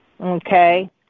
Okay